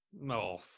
No